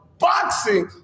boxing